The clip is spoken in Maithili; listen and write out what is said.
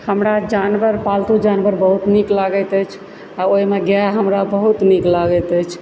हमरा जानवर पालतू जानवर बहुत नीक लागैत अछि आ ओहि मे गाय हमरा बहुत नीक लागैत अछि